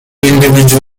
individual